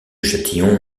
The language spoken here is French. châtillon